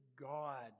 God